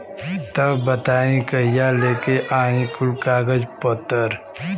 तब बताई कहिया लेके आई कुल कागज पतर?